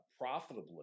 profitably